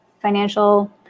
financial